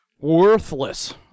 worthless